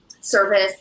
service